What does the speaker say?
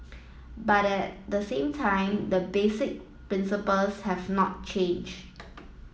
but at the same time the basic principles have not changed